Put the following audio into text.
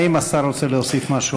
האם השר רוצה להוסיף משהו על תשובתו?